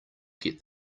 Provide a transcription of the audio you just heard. get